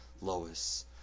Lois